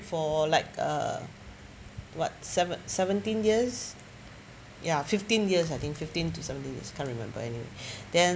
for like uh what seven seventeen years ya fifteen years I think fifteen to seventeen years can't remember anyway then